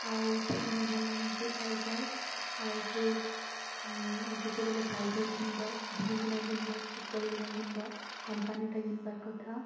ଆଉ ଠିକ୍ ନେଇଁ ହେଲାନା ସେଇ ଚାର୍ଜର୍ ଆଉ ଫିର୍ ଯେତେବେଲେ ଚାର୍ଜର୍ ଘିନ୍ବ ଦେଖିକିନା ଘିନ୍ବ ଚେକ୍ କରିକିନା ଘିନ୍ବ କମ୍ପାନୀଟା ଘିନବାର୍ କଥା